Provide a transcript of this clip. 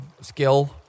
skill